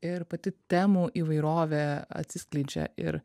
ir pati temų įvairovė atsiskleidžia ir